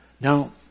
Now